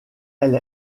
elle